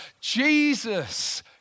Jesus